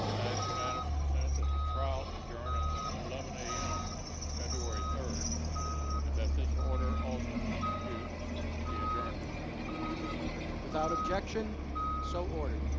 unanimous consent that the trial adjourn until eleven am february three and that this order also constitute the adjournment of the senate. without objection so ordered.